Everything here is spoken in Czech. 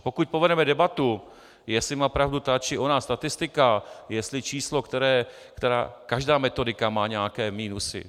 Pokud povedeme debatu, jestli má pravdu ta, či ona statistika, jestli číslo, které každá metodika má nějaké minusy.